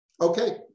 Okay